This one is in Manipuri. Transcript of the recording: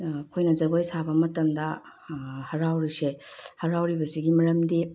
ꯑꯩꯈꯣꯏꯅ ꯖꯒꯣꯏ ꯁꯥꯕ ꯃꯇꯝꯗ ꯍꯔꯥꯎꯔꯤꯁꯦ ꯍꯔꯥꯎꯔꯤꯕꯁꯤꯒꯤ ꯃꯔꯝꯗꯤ